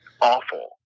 awful